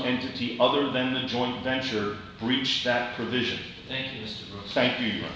entity other than the joint venture breach that provision thank you